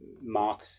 Mark